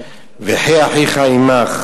וחי אחיך עמך.